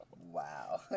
Wow